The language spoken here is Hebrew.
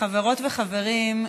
חברות וחברים,